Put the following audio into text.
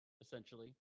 essentially